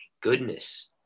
goodness